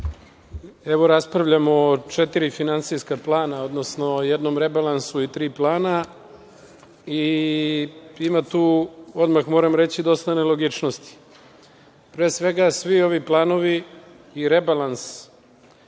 raspravljamo o četiri finansijska plana odnosno jednom rebalansu i tri plana i ima tu, moram reći, dosta nelogičnosti. Pre svega, svi ovi planovi i rebalans,